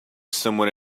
somewhere